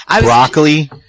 Broccoli